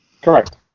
Correct